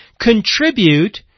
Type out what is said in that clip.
contribute